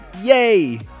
yay